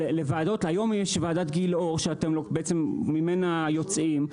היום יש את ועדת גלאור שאתם ממנה יוצאים,